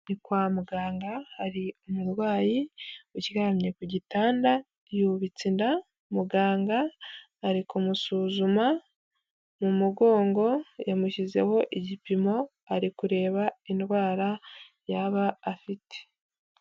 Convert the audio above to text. Ni kwa muganga, hari umurwayi uryamye ku gitanda, yubitse inda, muganga ari kumusuzuma mu mugongo, yamushyizeho igipimo ari kureba indwara yaba afite.